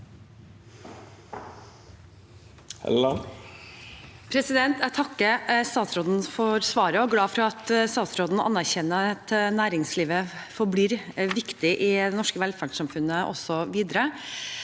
Jeg takker statsråden for svaret og er glad for at hun anerkjenner at næringslivet forblir viktig i det norske velferdssamfunnet også videre.